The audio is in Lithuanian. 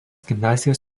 gimnazijos